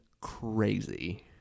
crazy